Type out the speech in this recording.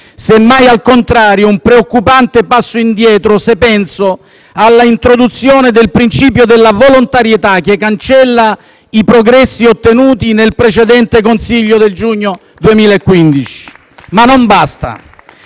semmai, al contrario, un preoccupante passo indietro, se penso all'introduzione del principio della volontarietà che cancella i progressi ottenuti nel precedente Consiglio del giugno 2015. Ma non basta.